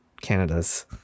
Canada's